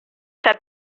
said